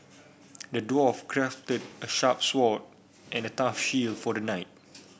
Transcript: the dwarf crafted a sharp sword and a tough shield for the knight